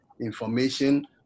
information